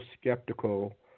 skeptical